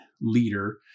leader